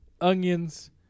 onions